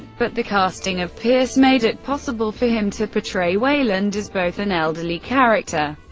but the casting of pearce made it possible for him to portray weyland as both an elderly character,